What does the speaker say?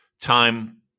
time